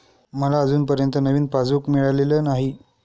मला अजूनपर्यंत नवीन पासबुक मिळालेलं नाही